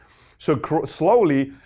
so slowly,